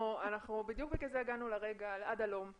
בדיוק לשם כך הגענו עד הלום,